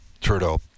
Trudeau